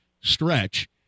stretch